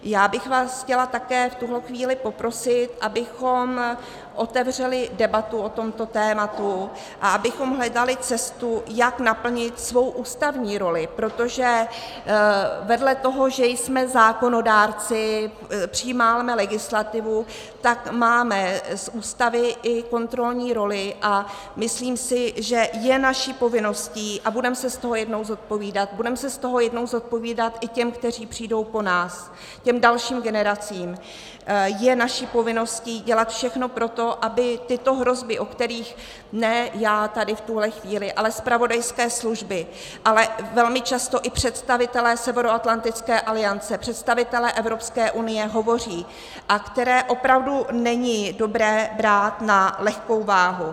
Já bych vás chtěla také v tuto chvíli poprosit, abychom otevřeli debatu o tomto tématu a abychom hledali cestu, jak naplnit svou ústavní roli, protože vedle toho, že jsme zákonodárci, přijímáme legislativu, tak máme z Ústavy i kontrolní roli a myslím si, že je naší povinností a budeme se z toho jednou zodpovídat, budeme se z toho jednou zodpovídat i těm, kteří přijdou po nás, těm dalším generacím je naší povinností dělat všechno pro to, aby tyto hrozby, o kterých ne já tady v tuhle chvíli, ale zpravodajské služby, ale velmi často i představitelé Severoatlantické aliance, představitelé Evropské unie hovoří a které opravdu není dobré brát na lehkou váhu.